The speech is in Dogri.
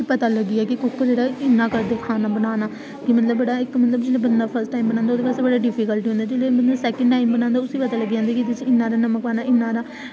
पता लग्गी गेआ की कुक इन्ना करदे खाना बनाना ते जेह्ड़ा मतलब फर्स्ट टाईम बनांदे ओह् बड़ा डिफिकल्ट होंदा ते दई बारी उसी पता लग्गी जंदा की इन्ना नमक पाना इन्ना